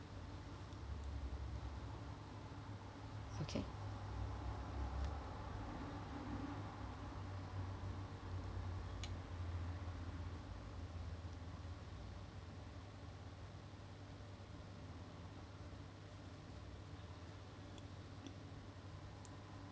okay